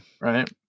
Right